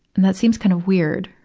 and that seems kind of weird,